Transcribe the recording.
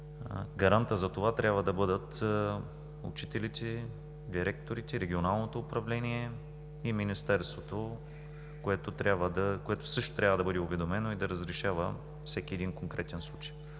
Гарант за това трябва бъдат учителите, директорите, регионалното управление и Министерството, което също трябва да е уведомено и да разрешава всеки един конкретен случай.